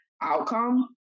outcome